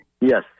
Yes